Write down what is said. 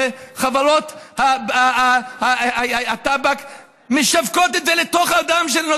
חברות הטבק משווקות את זה לתוך הדם שלנו,